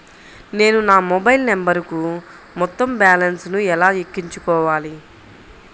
నేను నా మొబైల్ నంబరుకు మొత్తం బాలన్స్ ను ఎలా ఎక్కించుకోవాలి?